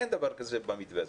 אין דבר כזה במתווה הזה.